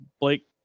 Blake